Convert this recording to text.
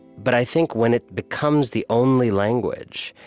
but i think when it becomes the only language,